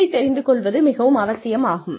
இதைத் தெரிந்து கொள்வது மிகவும் அவசியம் ஆகும்